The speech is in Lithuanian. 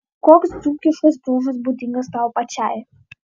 koks dzūkiškas bruožas būdingas tau pačiai